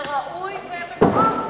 אבל בחוק האחר לעומת זאת זה ראוי ומבורך.